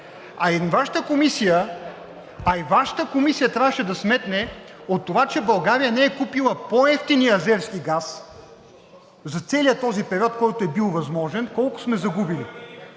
А и Вашата комисия трябваше да сметне от това, че България не е купила по-евтиния азерски газ за целия този период, който е бил възможен, колко сме загубили?